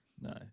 No